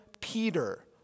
Peter